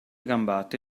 gambate